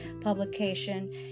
publication